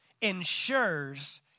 ensures